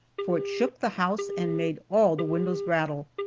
for it shook the house and made all the windows rattle.